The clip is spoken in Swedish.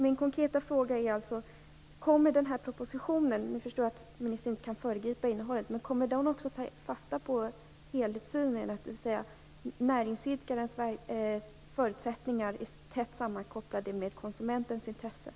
Min konkreta fråga är alltså: Kommer den här propositionen - jag förstår att ministern inte kan föregripa dess innehåll - också att ta fasta på helhetssynen här, för näringsidkarens förutsättningar är ju tätt kopplade till konsumentens intressen?